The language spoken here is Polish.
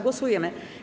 Głosujemy.